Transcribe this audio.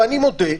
ואני מודה,